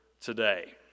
today